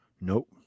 Nope